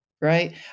right